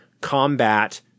combat